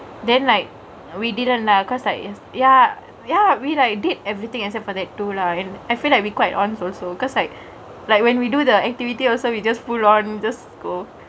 then like we didn't lah cause like ya ya read I did everythingk except for the two and I feel like we quite ons also because like like when we do the activity also you just pull arden this school